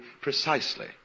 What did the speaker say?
precisely